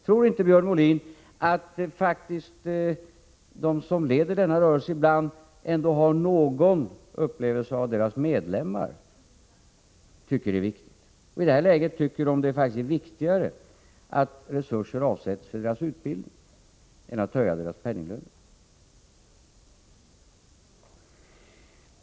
Tror inte Björn Molin att de som leder denna rörelse ändå har någon upplevelse av vad deras medlemmar tycker är viktigt? I det här läget tycker de faktiskt det är viktigare att resurser avsätts för deras utbildning än för att höja deras löner.